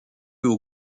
haut